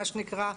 מה שנקרא,